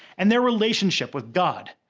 and their relationship with god.